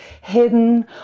hidden